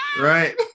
right